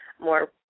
more